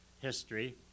history